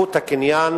זכות הקניין